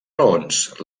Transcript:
raons